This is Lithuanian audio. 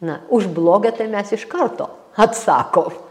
na už blogą tai mes iš karto atsako